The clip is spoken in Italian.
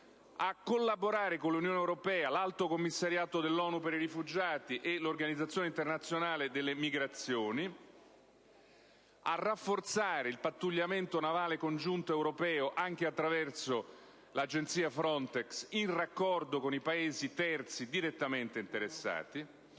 a collaborare con l'Unione europea, l'Alto commissariato dell'ONU per i rifugiati e l'Organizzazione internazionale per le migrazioni; a rafforzare il pattugliamento navale congiunto europeo anche attraverso l'agenzia FRONTEX, in raccordo con i Paesi terzi direttamente interessati;